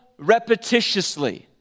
repetitiously